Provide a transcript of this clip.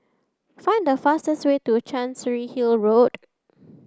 find the fastest way to Chancery Hill Road